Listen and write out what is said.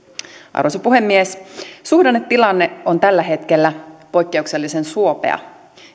arvoisa puhemies suhdannetilanne on tällä hetkellä poikkeuksellisen suopea